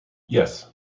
yes